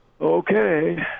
Okay